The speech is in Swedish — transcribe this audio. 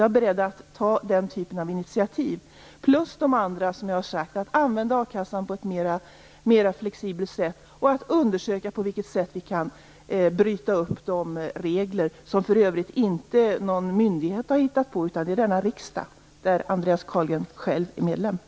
Jag är beredd att ta den typen av initiativ och, som jag har sagt, att använda a-kassan på ett mera flexibelt sätt och undersöka på vilket sätt vi kan bryta upp dessa regler. De reglerna har för övrigt inte någon myndighet hittat på utan det har denna riksdag, där Andreas Carlgren själv är medlem, gjort.